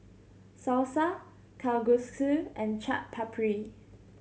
Salsa Kalguksu and Chaat Papri